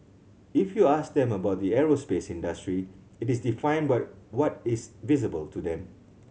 if you ask them about the aerospace industry it is defined what is visible to them